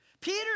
Peter